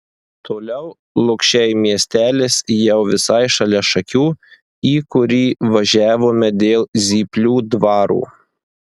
toliau lukšiai miestelis jau visai šalia šakių į kurį važiavome dėl zyplių dvaro